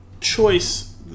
choice